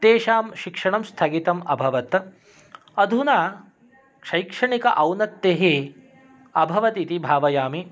तेषां शिक्षणं स्थगितम् अभवत् अधुना शैक्षणिक औन्नत्तिः अभवत् इति भावयामि